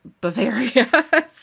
Bavaria